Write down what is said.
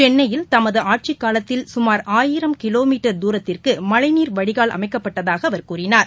சென்னையில் தமது ஆட்சிக்காலத்தில் சுமார் ஆயிரம் கிலோமீட்டர் துரத்திற்குமழைநீர் வடிகால் அமைக்கப்பட்டதாகஅவர் கூறினார்